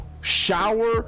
shower